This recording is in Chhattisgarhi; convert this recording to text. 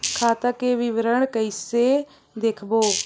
खाता के विवरण कइसे देखबो?